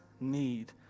need